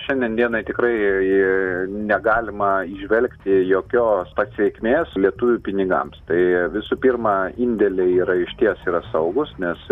šiandien dienai tikrai negalima įžvelgti jokios pasekmės lietuvių pinigams tai visų pirma indėliai yra išties yra saugūs nes